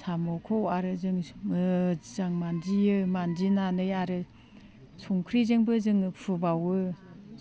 साम'खौ आरो जों मोजां मानजियो मानजिनानै आरो संख्रिजोंबो जोङो फुबावो